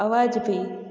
आवाज़ बि